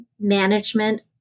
management